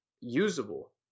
usable